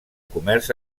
comerç